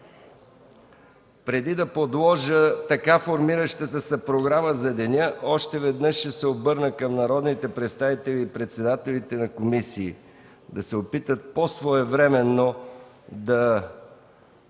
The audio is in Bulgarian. Преди да предложа така формиращата се програма за деня, още веднъж ще се обърна към народните представители и председателите на комисии – да се опитат по-своевременно да